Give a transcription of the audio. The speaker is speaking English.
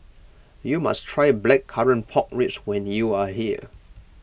you must try Blackcurrant Pork Ribs when you are here